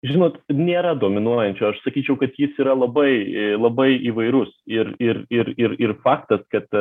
žinot nėra dominuojančio aš sakyčiau kad jis yra labai labai įvairus ir ir ir ir ir faktas kad